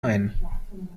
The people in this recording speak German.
ein